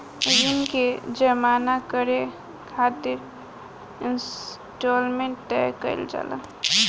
ऋण के जामा करे खातिर इंस्टॉलमेंट तय कईल जाला